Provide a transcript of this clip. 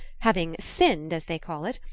having sinned, as they call it,